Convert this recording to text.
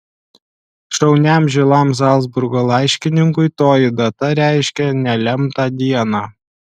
šauniam žilam zalcburgo laiškininkui toji data reiškė nelemtą dieną